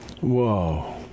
whoa